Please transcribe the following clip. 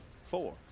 four